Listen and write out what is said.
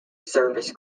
service